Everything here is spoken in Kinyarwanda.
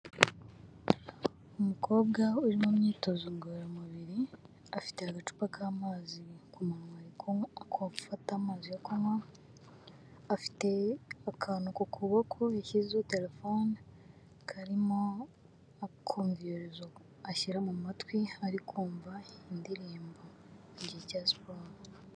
Umukobwa uri mu myitozo ngororamubiri. Afite agacupa k'amazi ku munwa arimo arafata amazi yo kunywa. Afite akantu ku kuboko yashyizeho telefone, karimo akumvirizo ashyira mu matwi ari kumva indirimbo mu gihe cya siporo.